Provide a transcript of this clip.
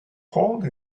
hole